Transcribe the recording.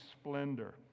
splendor